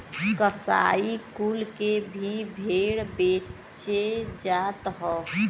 कसाई कुल के भी भेड़ बेचे जात हौ